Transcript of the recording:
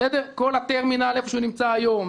כל הטרמינל היכן שהוא נמצא היום,